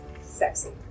Sexy